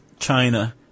China